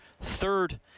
third